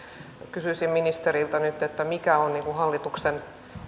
kysyisin ministeriltä nyt mikä on hallituksen